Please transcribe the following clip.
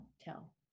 tell